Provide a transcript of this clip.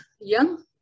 young